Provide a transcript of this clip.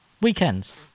Weekends